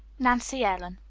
nancy ellen.